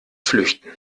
flüchten